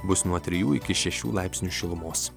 bus nuo trijų iki šešių laipsnių šilumos